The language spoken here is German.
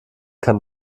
kann